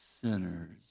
sinners